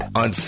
on